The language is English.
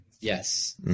Yes